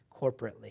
corporately